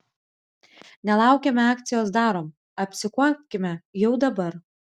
nelaukime akcijos darom apsikuopkime jau dabar